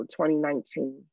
2019